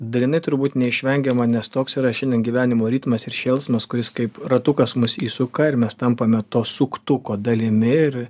dalinai turbūt neišvengiama nes toks yra šiandien gyvenimo ritmas ir šėlsmas kuris kaip ratukas mus įsuka ir mes tampame to suktuko dalimi ir